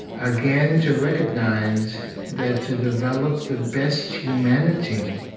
again, to recognize that to develop the best humanity,